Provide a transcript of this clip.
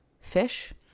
fish